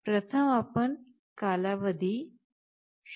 प्रथम आपण कालावधी 0